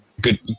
Good